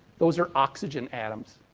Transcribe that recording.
those are oxygen atoms.